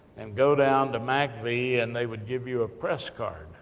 and go down to mcvee, and they would give you a press card,